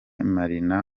marina